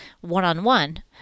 one-on-one